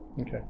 okay